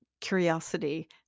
curiosity